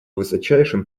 высочайшим